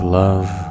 love